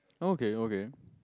okay okay